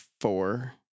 four